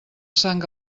sang